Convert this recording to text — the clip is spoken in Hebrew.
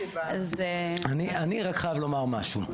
אני רק חייב לומר משהו.